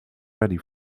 ready